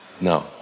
No